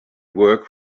work